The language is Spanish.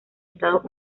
estados